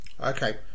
okay